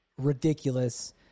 ridiculous